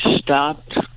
stopped